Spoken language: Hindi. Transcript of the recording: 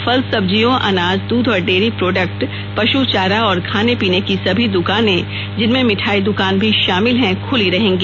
फल सब्जियों अनाज दूध और डेयरी प्रोडक्ट पशु चारा और खाने पीने की सभी दुकानें जिनमें मिठाई दुकान भी शामिल हैं खुली रहेंगी